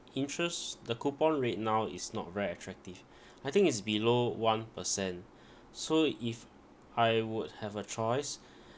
interest the coupon rate now is not very attractive I think is below one percent so if I would have a choice